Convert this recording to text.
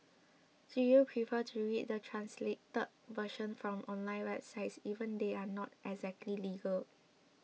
do you prefer to read the translated version from online websites even if they are not exactly legal